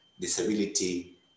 disability